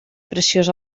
preciós